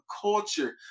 culture